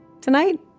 tonight